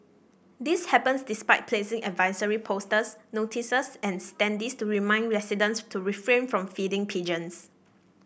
this happens despite placing advisory posters notices and standees to remind residents to refrain from feeding pigeons